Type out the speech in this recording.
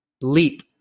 leap